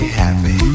happy